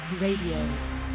Radio